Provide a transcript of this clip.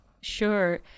Sure